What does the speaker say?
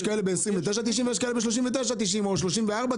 ויש כאלה ב-29.90 ויש כאלה ב-39.90-34.90.